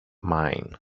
mine